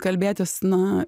kalbėtis na